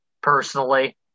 Personally